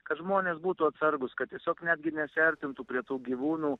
kad žmonės būtų atsargūs kad tiesiog netgi nesiartintų prie tų gyvūnų